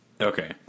Okay